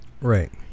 Right